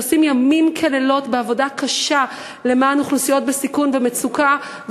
שעושים ימים כלילות בעבודה קשה למען אוכלוסיות בסיכון ומצוקה,